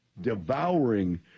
devouring